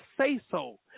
say-so